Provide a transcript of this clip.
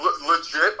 legit